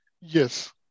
Yes